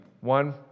One